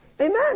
Amen